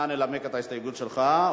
נא לנמק את ההסתייגות שלך,